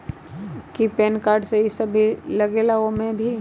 कि pan card इ सब भी लगेगा वो में?